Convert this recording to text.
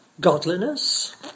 godliness